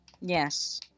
Yes